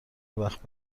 وقت